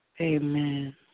Amen